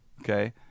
Okay